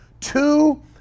two